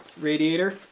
radiator